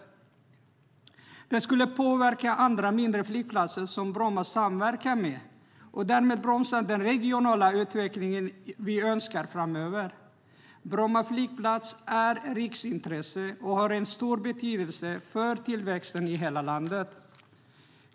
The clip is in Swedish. Detta skulle påverka andra mindre flygplatser som Bromma samverkar med och därmed bromsa den regionala utveckling vi önskar framöver. Bromma flygplats är ett riksintresse och har stor betydelse för tillväxten i hela landet.